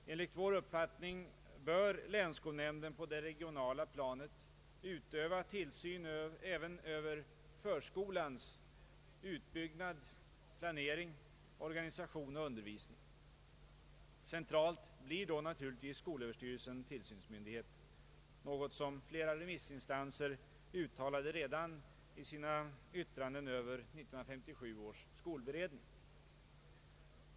Enligt vår uppfattning bör länsskolnämnden på det regionala planet utöva tillsyn även över förskolans utbyggnad, planering, organisation och undervisning. Centralt blir då naturligtvis skolöverstyrelsen tillsynsmyndighet, något som flera remissinstanser uttalade sig för redan i sina yttranden över 1957 års skolberedning.